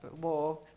war